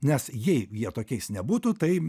nes jei jie tokiais nebūtų tai